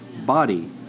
body